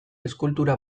eskultura